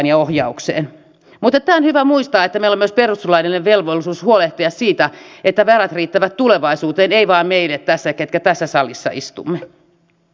mutta tämä on hyvä muistaa että meillä on myös perustuslaillinen velvollisuus huolehtia siitä että varat riittävät tulevaisuuteen eivät vain meille ketkä tässä salissa istumme